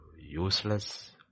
useless